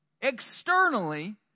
externally